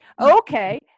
Okay